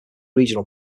regional